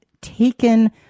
taken